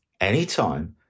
anytime